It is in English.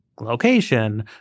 location